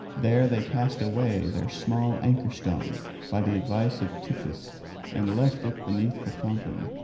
there they cast away their small anchorstone by the advice of tiphys and left it beneath a fountain,